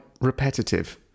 repetitive